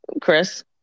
Chris